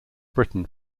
britain